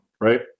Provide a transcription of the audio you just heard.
Right